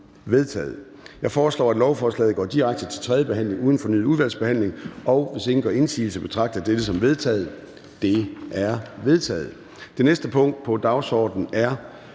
Jeg foreslår, at lovforslaget går direkte til tredje behandling uden fornyet udvalgsbehandling, og hvis ingen gør indsigelse, betragter jeg dette som vedtaget. Det er vedtaget. --- Det næste punkt på dagsordenen er: